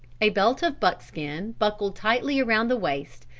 a belt of buckskin buckled tightly around the waist,